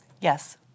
Yes